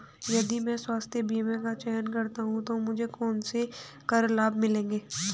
यदि मैं स्वास्थ्य बीमा का चयन करता हूँ तो मुझे कौन से कर लाभ मिलेंगे?